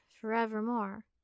forevermore